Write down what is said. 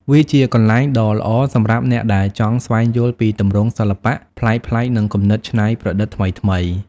វាជាកន្លែងដ៏ល្អសម្រាប់អ្នកដែលចង់ស្វែងយល់ពីទម្រង់សិល្បៈប្លែកៗ និងគំនិតច្នៃប្រឌិតថ្មីៗ។